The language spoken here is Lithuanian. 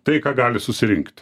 tai ką gali susirinkt